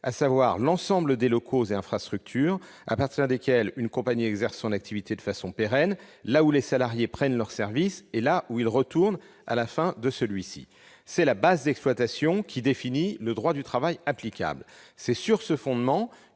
à savoir l'ensemble des locaux et infrastructures à partir desquels une compagnie exerce son activité de façon pérenne, là où les salariés prennent leur service et retournent à la fin de celui-ci. C'est la base d'exploitation qui définit le droit du travail applicable. C'est sur ce fondement